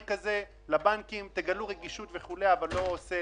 כזה שהוא מתחנן שיגלו רגישות אבל לא עושה,